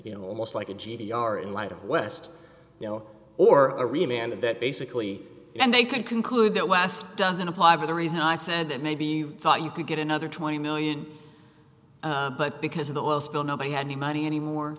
you know almost like a g d r in light of west or a remake and that basically and they could conclude that last doesn't apply for the reason i said that maybe you thought you could get another twenty million but because of the oil spill nobody had the money anymore